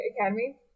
Academy